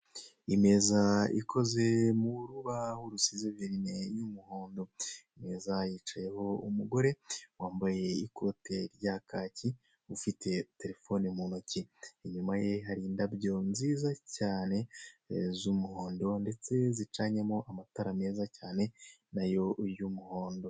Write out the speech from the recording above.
Imeza ikoze mu rubaho rusize virine y'umuhondo. Imeza yicayeho umugore wambeye ikote rya kaki, ufite telefone mu ntoki. Imyuma ye hari indabyo nziza cyane, z'umuhondo, ndetse zicanyemo amatara meza cyane, na yo y'umuhondo.